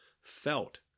felt